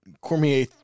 Cormier